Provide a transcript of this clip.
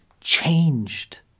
changed